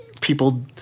people